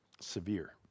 Severe